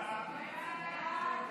ההצעה להעביר